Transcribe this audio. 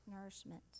nourishment